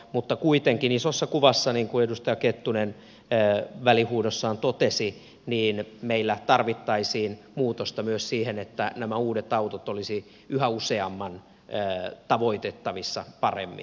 mutta kuitenkin isossa kuvassa niin kuin edustaja kettunen välihuudossaan totesi meillä tarvittaisiin muutosta myös siihen että nämä uudet autot olisivat yhä useamman tavoittavissa paremmin